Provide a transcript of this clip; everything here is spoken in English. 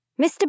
Mr